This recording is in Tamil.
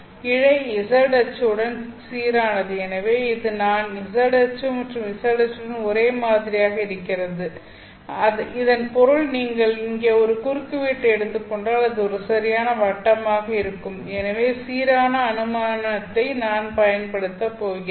இழை z அச்சுடன் சீரானது எனவே இது தான் z அச்சு மற்றும் இது z அச்சுடன் ஒரே மாதிரியாக இருக்கிறது இதன் பொருள் நீங்கள் இங்கே ஒரு குறுக்குவெட்டை எடுத்துக் கொண்டால் அது ஒரு சரியான வட்டமாக இருக்கும் எனவே சீரான அனுமானத்தை தான் பயன்படுத்தப் போகிறோம்